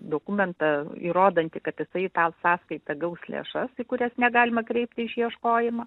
dokumentą įrodantį kad jisai į tą sąskaitą gaus lėšas į kurias negalima kreipti išieškojimą